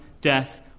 death